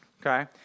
Okay